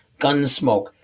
Gunsmoke